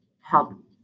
help